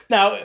Now